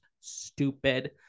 stupid